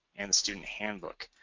and student handbook.